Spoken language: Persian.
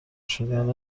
شدن